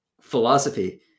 philosophy